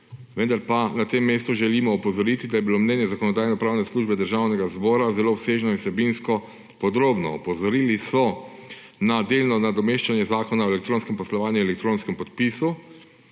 vendar pa na tem mestu želimo opozoriti, da je bilo mnenje Zakonodajno-pravne službe Državnega zbora zelo obsežno in vsebinsko podrobno. Opozorili so na delno nadomeščanje Zakona o elektronskem poslovanju in elektronskem podpisu